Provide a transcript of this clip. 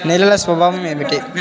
నేలల స్వభావం ఏమిటీ?